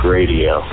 Radio